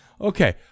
okay